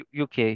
UK